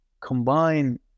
combine